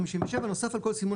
57. סימון